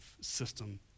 system